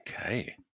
okay